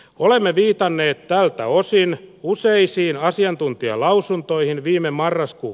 olemme viitanneet tältä osin useisiin asiantuntijalausuntoihin viime marraskuu